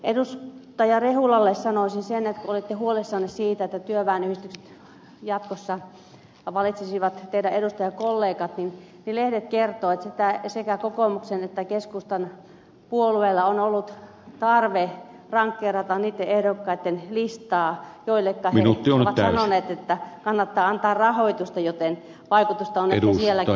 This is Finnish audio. rehulalle sanoisin kun olitte huolissanne siitä että työväenyhdistykset jatkossa valitsisivat teidän edustajakolleganne että lehdet kertovat että sekä kokoomuksella että keskustapuolueella on ollut tarve rankkeerata niitten ehdokkaitten listaa joista he ovat sanoneet että heille kannattaa antaa rahoitusta joten vaikutusta on ehkä sielläkin ollut